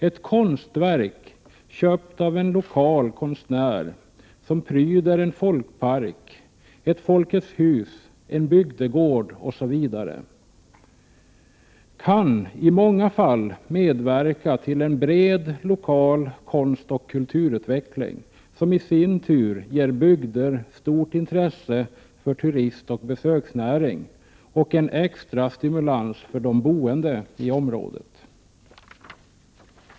Ett konstverk, köpt av en lokal konstnär, som pryder en folkpark, ett Folkets hus, en bygdegård osv. , kan i många fall medverka till en bred lokal konstoch kulturutveckling, som i sin tur ger bygden stort intresse för turistoch besöksnäring och en extra stimulans för de boende i området.